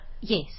Yes